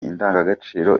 indangagaciro